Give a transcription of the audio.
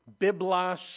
Biblos